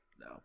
No